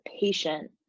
patient